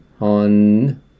on